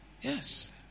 Yes